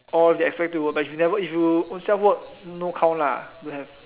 or they expect you to go back she never if you ownself work no count lah don't have